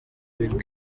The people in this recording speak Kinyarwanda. will